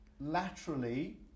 laterally